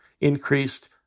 increased